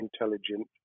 intelligent